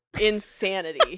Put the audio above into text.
Insanity